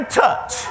touch